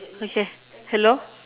okay hello